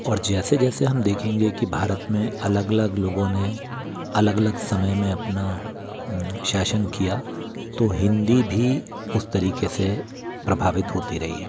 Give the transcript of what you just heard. और जैसे जैसे हम देखेंगे कि भारत में अलग अलग लोगों ने अलग अलग समय में अपना शासन किया तो हिन्दी भी उस तरीके से प्रभावित होती रही है